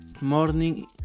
morning